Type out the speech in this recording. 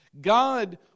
God